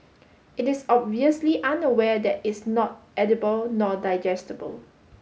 it is obviously unaware that it's not edible nor digestible